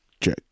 check